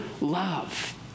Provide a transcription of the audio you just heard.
love